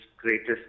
greatest